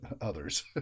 others